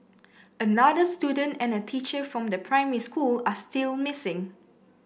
another student and a teacher from the primary school are still missing